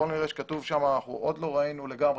עוד לא לגמרי ראינו.